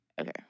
Okay